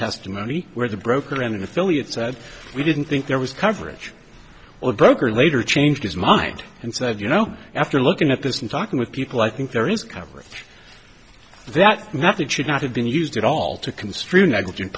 testimony where the broker and affiliates said we didn't think there was coverage or broker later changed his mind and said you know after looking at this and talking with people i think there is cover that nothing should not have been used at all to construe negligent